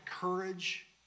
courage